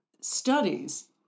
studies